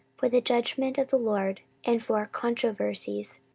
for the judgment of the lord, and for controversies,